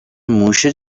موشه